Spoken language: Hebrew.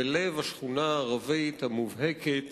בלב השכונה הערבית המובהקת